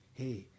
hey